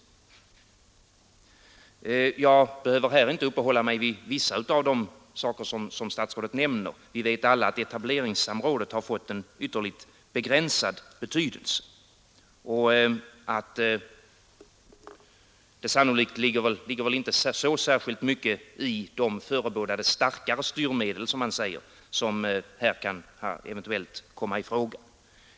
Jag behöver här inte uppehålla mig vid vissa av de saker som statsrådet nämner. Vi vet alla att etableringssamrådet har fått en ytterligt begränsad betydelse och att det sannolikt inte ligger så särskilt mycket i de förebådade starkare styrmedel, som han säger, som här eventuellt kan komma i fråga.